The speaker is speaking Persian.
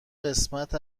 قسمت